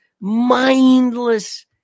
mindless